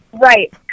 Right